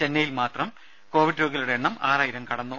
ചെന്നൈയിൽ മാത്രം കോവിഡ് രോഗികളുടെ എണ്ണം ആറായിരം കടന്നു